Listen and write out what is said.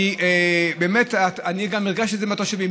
אני גם הרגשתי את זה מהתושבים.